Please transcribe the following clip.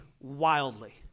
wildly